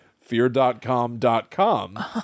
fear.com.com